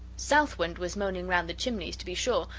south wind was moaning round the chimneys, to be sure,